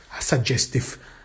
suggestive